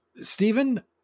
Stephen